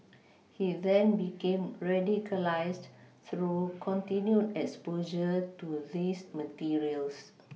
he then became radicalised through continued exposure to these materials